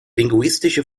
linguistische